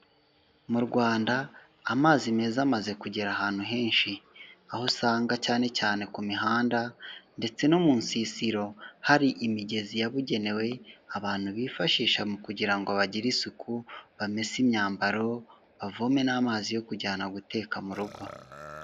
Mu Rwanda amazi meza amaze kugera ahantu henshi, aho usanga cyane cyane ku mihanda ndetse no mu nsisiro hari imigezi yabugenewe abantu bifashisha mu kugira ngo bagire isuku, bamese imyambaro, bavome n'amazi yo kujyana guteka mu rugo.